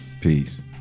peace